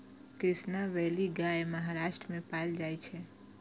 Krishna valley गाय महाराष्ट्र मे पाएल जाइ छै